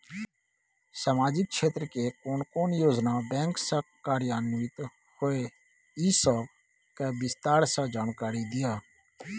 सामाजिक क्षेत्र के कोन कोन योजना बैंक स कार्यान्वित होय इ सब के विस्तार स जानकारी दिय?